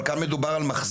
אבל כאן מדובר על מחזיק,